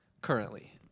currently